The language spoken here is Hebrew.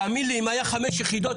תאמין לי אם היה חמש יחידות,